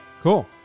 Cool